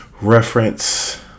reference